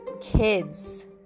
kids